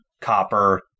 copper